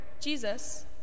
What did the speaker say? Jesus